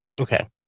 Okay